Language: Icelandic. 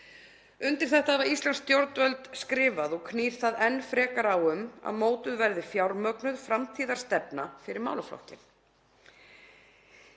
Undir þetta hafa íslensk stjórnvöld skrifað og knýr það enn frekar á um að mótuð verði og fjármögnuð framtíðarstefna fyrir málaflokkinn.